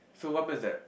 so what happens is that